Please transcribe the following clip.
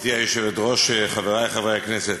גברתי היושבת-ראש, חברי חברי הכנסת,